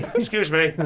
excuse me!